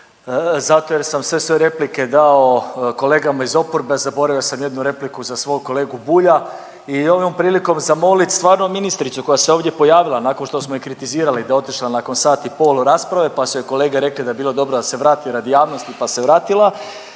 zato jer sam sve svoje replike dao kolegama iz oporbe, a zaboravio sam jednu repliku za svog kolegu Bulja i ovom prilikom zamolit stvarno ministricu koja se ovdje pojavila nakon što je kritizirali da je otišla nakon sat i pol rasprave pa su joj kolege rekli da bi bilo da se vrati radi javnosti, pa se vratila,